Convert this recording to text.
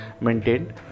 maintained